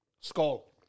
Skull